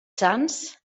sants